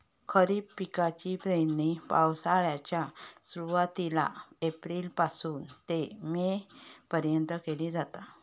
खरीप पिकाची पेरणी पावसाळ्याच्या सुरुवातीला एप्रिल पासून ते मे पर्यंत केली जाता